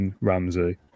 Ramsey